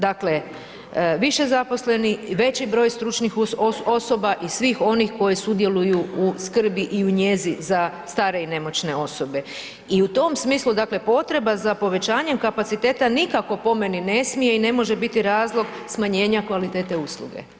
Dakle više zaposlenih, veći broj stručnih osoba i svih onih koji sudjeluju u skrbi u njezi za stare i nemoćne osobe i u tom smislu dakle potreba za povećanje kapaciteta nikako po meni ne smije i ne možete biti razlog smanjenja kvalitete usluge.